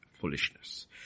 Foolishness